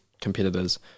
competitors